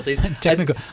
Technical